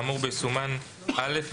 האמור בו יסומן "(א)",